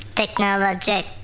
technologic